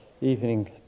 evening